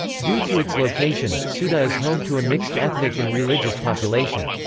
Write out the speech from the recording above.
due to its location, ceuta is home to a mixed ethnic and religious population.